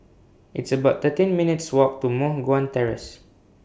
It's about thirteen minutes' Walk to Moh Guan Terrace